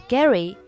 Gary